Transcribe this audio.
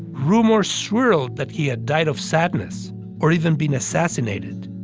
rumors swirled that he had died of sadness or even been assassinated,